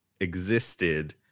existed